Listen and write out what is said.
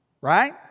Right